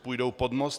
Půjdou pod most?